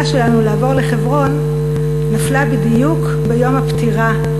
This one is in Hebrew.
שלנו לעבור לחברון נפלה בדיוק ביום הפטירה,